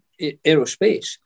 aerospace